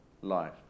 life